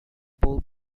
pole